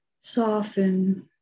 soften